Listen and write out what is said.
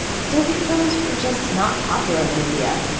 soviet films were just not popular in india.